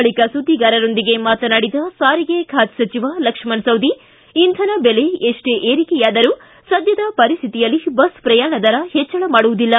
ಬಳಿಕ ಸುದ್ದಿಗಾರರೊಂದಿಗೆ ಮಾತನಾಡಿದ ಸಾರಿಗೆ ಖಾತೆ ಸಚಿವ ಲಕ್ಷಣ ಸವದಿ ಇಂಧನ ಬೆಲೆ ಎಷ್ಟೇ ಏರಿಕೆಯಾದರೂ ಸದ್ಯದ ಪರಿಸ್ಥಿತಿಯಲ್ಲಿ ಬಸ್ ಪ್ರಯಾಣ ದರ ಹೆಚ್ಚಳ ಮಾಡುವುದಿಲ್ಲ